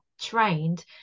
trained